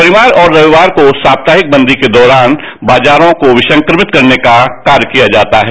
शनिवार और रविवार को साताहिक बंदी के दौरान बाजारों को विसंक्रमित करने का कार्य किया जाता है